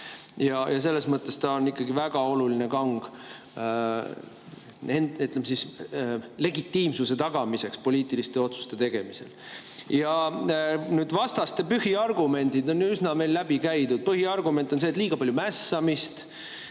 Selles mõttes on see ikkagi väga oluline kang legitiimsuse tagamiseks poliitiliste otsuste tegemisel. Vastaste põhiargumendid on meil üsna läbi käidud. Põhiargument on, et see [tekitab] liiga palju mässamist,